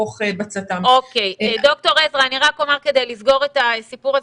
אני רק אומר כדי לסגור את הסיפור הזה,